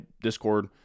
discord